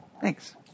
Thanks